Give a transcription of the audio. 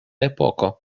epoko